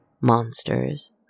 monsters